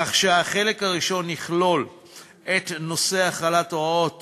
כך שהחלק הראשון יכלול את נושא החלת הוראות